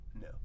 no